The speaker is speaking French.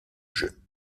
jeu